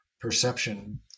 perception